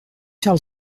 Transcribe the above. faire